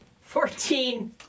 Fourteen